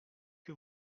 que